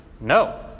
No